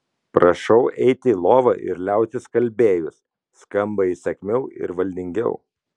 prašau eiti į lovą ir liautis kalbėjus skamba įsakmiau ir valdingiau